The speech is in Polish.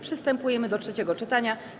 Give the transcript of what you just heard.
Przystępujemy do trzeciego czytania.